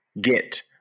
get